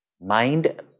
mind